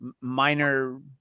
minor